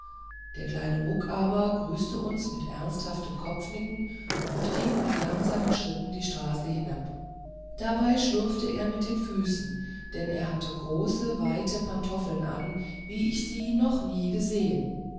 der kleine muck aber grüßte uns mit ernsthaftem kopfnicken und ging mit langsamen schritten die straße hinab dabei schlurfte er mit den füßen denn er hatte große weite pantoffeln an wie ich sie noch nie gesehen